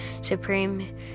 Supreme